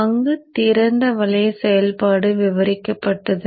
அங்கு திறந்த வளைய செயல்பாடு விவரிக்கப்பட்டது